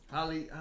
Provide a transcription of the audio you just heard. Holly